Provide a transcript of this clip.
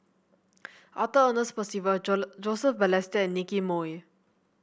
Arthur Ernest Percival Joseph Balestier and Nicky Moey